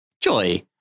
Joy